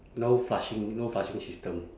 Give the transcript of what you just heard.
no flushing no flushing system